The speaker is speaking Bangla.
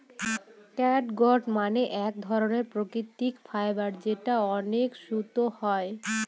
ক্যাটগুট মানে এক ধরনের প্রাকৃতিক ফাইবার যেটা অনেক শক্ত হয়